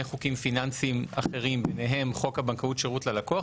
חוקים פיננסיים אחרים וביניהם חוק הבנקאות (שירות ללקוח),